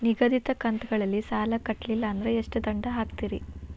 ನಿಗದಿತ ಕಂತ್ ಗಳಲ್ಲಿ ಸಾಲ ಕಟ್ಲಿಲ್ಲ ಅಂದ್ರ ಎಷ್ಟ ದಂಡ ಹಾಕ್ತೇರಿ?